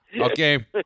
Okay